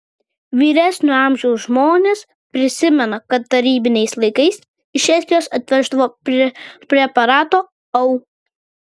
vyresnio amžiaus žmonės prisimena kad tarybiniais laikais iš estijos atveždavo preparato au